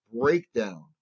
breakdown